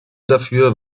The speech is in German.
dafür